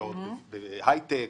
השקעות בהייטק,